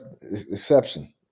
exception